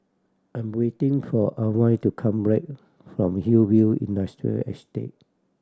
I'm waiting for Alwine to come black from Hillview Industrial Estate